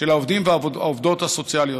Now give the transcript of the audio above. של העובדים והעובדות הסוציאליות.